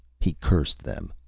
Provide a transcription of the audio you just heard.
he cursed them.